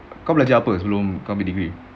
kau belajar apa sebelum degree